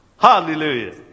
hallelujah